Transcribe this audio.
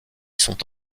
sont